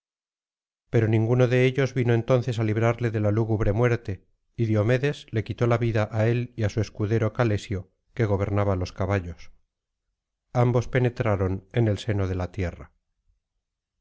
pero ninguno de ellos vino entonces á librarle de la lúgubre muerte y diomedes le quitó la vida á él y á su escudero calesio que gobernaba los caballos ambos penetraron en el seno de la tierra